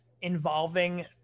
involving